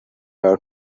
have